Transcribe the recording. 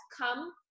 come